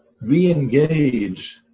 re-engage